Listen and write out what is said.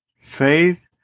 Faith